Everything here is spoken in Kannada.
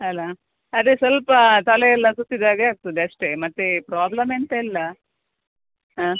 ಅಲ್ಲಾ ಅದೇ ಸ್ವಲ್ಪ ತಲೆಯೆಲ್ಲಾ ಸುತ್ತಿದಾಗೆ ಆಗ್ತದೆ ಅಷ್ಟೇ ಮತ್ತೆ ಪ್ರಾಬ್ಲಮ್ ಎಂತ ಇಲ್ಲ ಹಾಂ